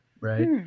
right